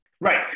Right